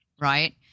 Right